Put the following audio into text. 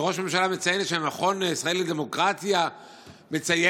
וראש הממשלה מציין שהמכון הישראלי לדמוקרטיה מציין